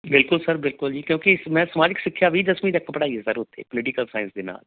ਬਿਲਕੁਲ ਸਰ ਬਿਲਕੁਲ ਜੀ ਕਿਉਂਕਿ ਮੈਂ ਸਮਾਜਿਕ ਸਿੱਖਿਆ ਵੀ ਦਸਵੀਂ ਤੱਕ ਪੜ੍ਹਾਈ ਸਰ ਉੱਥੇ ਪੋਲੀਟੀਕਲ ਸਾਇੰਸ ਦੇ ਨਾਲ